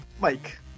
Mike